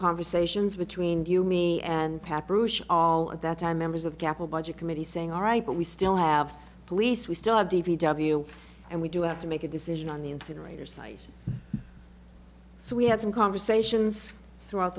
conversations between you me and pap rouge all of that time members of capital budget committee saying all right but we still have police we still have d p w and we do have to make a decision on the incinerator size so we had some conversations throughout